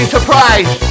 Surprise